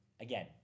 again